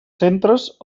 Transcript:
centres